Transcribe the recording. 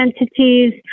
entities